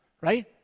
right